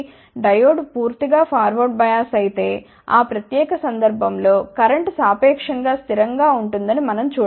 diode పూర్తిగా forward bias అయితే ఆ ప్రత్యేక సందర్భం లో కరెంట్ సాపేక్షం గా స్థిరం గా ఉంటుందని మనం చూడ వచ్చు